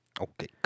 Okay